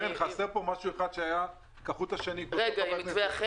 חסר פה משהו אחד שעלה כחוט השני במהלך הדיון.